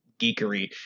geekery